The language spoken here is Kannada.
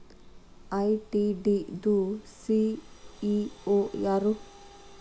ಐ.ಟಿ.ಡಿ ದು ಸಿ.ಇ.ಓ ಯಾರು?